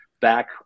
back